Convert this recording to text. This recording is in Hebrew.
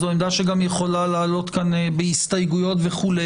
זו עמדה שיכולה גם לעלות כאן בהסתייגויות וכו'.